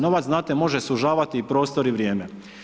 Novac znate može sužavati i prostor i vrijeme.